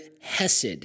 hesed